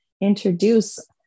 introduce